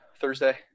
Thursday